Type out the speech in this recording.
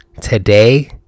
Today